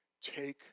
take